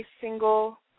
single